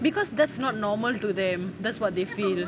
because that's not normal to them that's what they feel